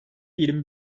yirmi